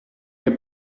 che